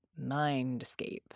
Mindscape